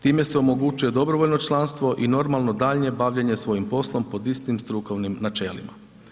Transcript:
Time se omogućuje dobrovoljno članstvo i normalno daljnje bavljenje svojim poslom pod istim strukovnim načelima.